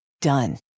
Done